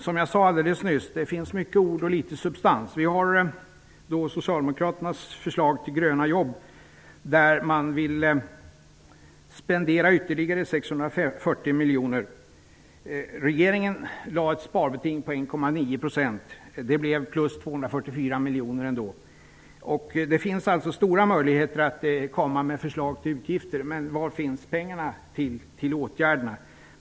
Som jag sade alldeles nyss finns det mycket ord och litet substans. I socialdemokraternas förslag till gröna jobb vill man spendera ytterligare 640 miljoner. Regeringen lade ett sparbeting på 1,9 %, vilket gav plus 244 miljoner. Det finns alltså stora möjligheter att komma med förslag till utgifter, men var finns pengarna till åtgärderna?